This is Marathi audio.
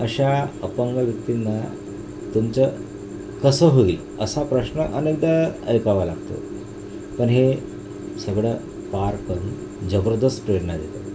अशा अपंग व्यक्तींना तुमचं कसं होईल असा प्रश्न अनेकदा ऐकावा लागतो पण हे सगळं पार करून जबरदस्त प्रेरणा देतो